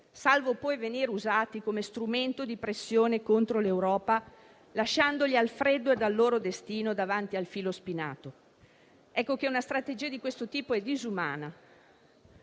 salvo poi venire usati come strumento di pressione contro l'Europa, lasciandoli al freddo e al loro destino davanti al filo spinato. Una strategia di questo tipo è disumana,